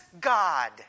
God